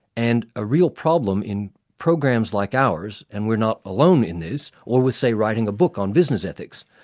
and a real problem in programs like ours, and we're not alone in this, or with say, writing a book on business ethics,